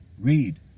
read